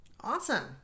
Awesome